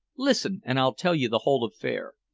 listen, and i'll tell you the whole affair.